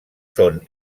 són